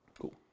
Cool